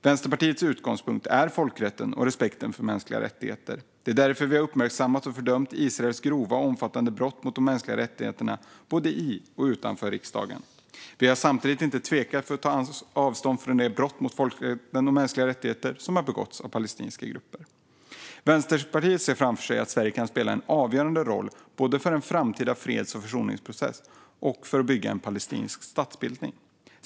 Vänsterpartiets utgångspunkt är folkrätten och respekten för de mänskliga rättigheterna. Därför har vi uppmärksammat och fördömt Israels grova och omfattande brott mot de mänskliga rättigheterna, både i och utanför riksdagen. Samtidigt har vi inte tvekat att ta avstånd från de brott mot folkrätten och de mänskliga rättigheterna som begåtts av palestinska grupper. Vänsterpartiet ser framför sig att Sverige kan spela en avgörande roll både för en framtida freds och försoningsprocess och för att bygga en palestinsk statsbildning.